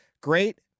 Great